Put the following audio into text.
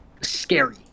scary